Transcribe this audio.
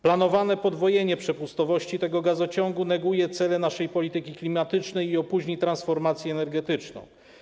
Planowane podwojenie przepustowości tego gazociągu neguje cele naszej polityki klimatycznej i opóźni transformację energetyczną.